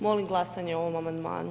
Molim glasanje o ovom amandman.